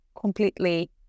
completely